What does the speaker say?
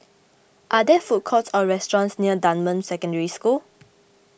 are there food courts or restaurants near Dunman Secondary School